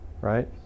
right